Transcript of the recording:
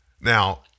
Now